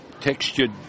textured